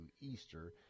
Easter